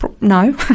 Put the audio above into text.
no